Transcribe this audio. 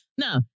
No